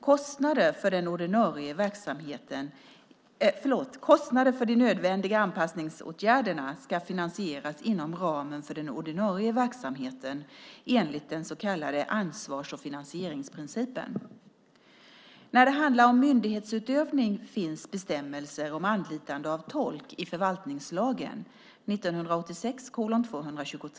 Kostnader för de nödvändiga anpassningsåtgärderna ska finansieras inom ramen för den ordinarie verksamheten enligt den så kallade ansvars och finansieringsprincipen. När det handlar om myndighetsutövning finns bestämmelser om anlitande av tolk i förvaltningslagen .